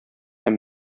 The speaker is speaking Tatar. һәм